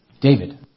David